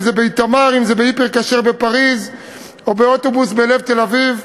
אם זה באיתמר או ב"היפר-כשר" בפריז או באוטובוס בלב תל-אביב.